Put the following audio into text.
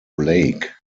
lake